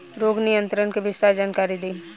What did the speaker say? रोग नियंत्रण के विस्तार जानकारी दी?